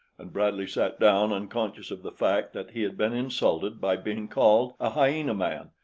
and bradley sat down unconscious of the fact that he had been insulted by being called a hyena-man,